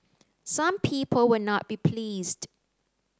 some people will not be pleased